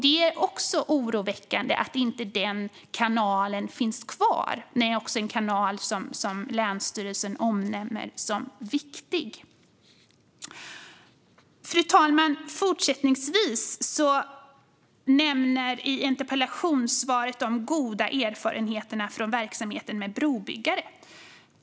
Det är oroväckande att inte denna kanal kommer att finnas kvar när länsstyrelsen omnämner den som viktig. Fru talman! Fortsättningsvis nämns i interpellationssvaret de goda erfarenheterna från verksamheten med brobyggare.